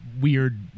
weird